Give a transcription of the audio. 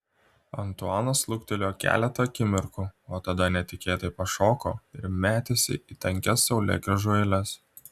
antuanas luktelėjo keletą akimirkų o tada netikėtai pašoko ir metėsi į tankias saulėgrąžų eiles